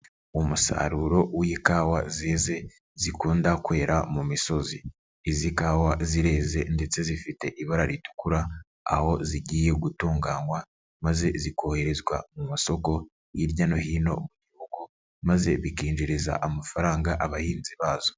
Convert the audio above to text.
Umusaruro w'ikawa zeze zikunda kwera mu misozi. Izi kawa zireze ndetse zifite ibara ritukura. Aho zigiye gutunganywa maze zikoherezwa mu masoko hirya no hino mu ngo maze bikinjiriza amafaranga abahinzi bazo.